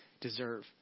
deserve